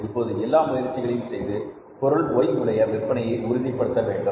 இப்போது எல்லா முயற்சிகளையும் செய்து பொருள் Y உடைய விற்பனையை உறுதிப்படுத்த வேண்டும்